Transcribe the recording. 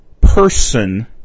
person